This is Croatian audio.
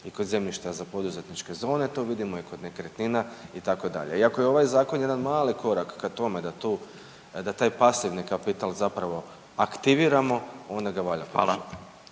i kod zemljišta za poduzetničke zone, to vidimo i kod nekretnina itd. iako je ovaj zakon jedan mali korak ka tome da taj pasivni kapital zapravo aktiviramo onda ga valja